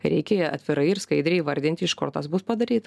reikia ją atvirai ir skaidriai įvardinti iš kur tas bus padaryta